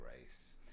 race